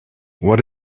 what